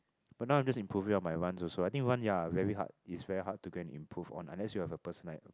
but now I'm just improving your my runs also I think run ya very hard it's very hard to go and improve on unless you have a personal like